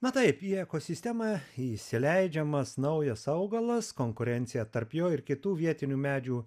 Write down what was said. na taip į ekosistemą įsileidžiamas naujas augalas konkurencija tarp jo ir kitų vietinių medžių